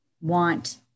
want